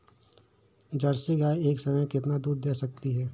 Jersey गाय एक समय में कितना दूध दे सकती है?